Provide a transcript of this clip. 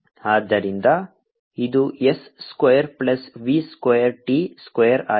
ಆದ್ದರಿಂದ ಇದು s square plus v square t square ಆಗಿದೆ